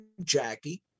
Jackie